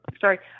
Sorry